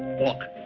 walk.